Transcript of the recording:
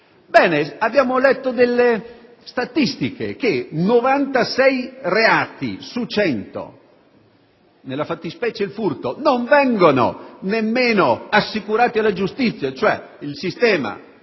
abbiamo letto delle statistiche, in base alle quali 96 reati su 100, nella fattispecie il furto, non vengono nemmeno assicurati alla giustizia; cioè, il sistema